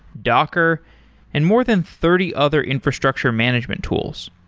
docker and more than thirty other infrastructure management tools.